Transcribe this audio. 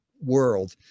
world